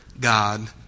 god